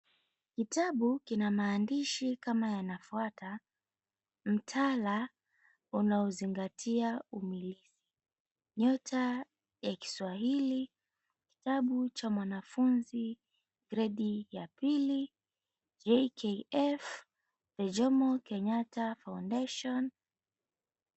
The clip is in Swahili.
Kitabu kina maandishi yanayofuata, Mtala Unaozingatia Umilisi, Nyota ya Kiswahili, Kitabu cha Mwanafunzi Gredi ya Pili, JKT Jomo Kenyatta Foundation.